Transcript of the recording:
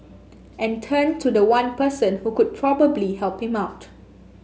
and turned to the one person who could probably help him out